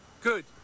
Good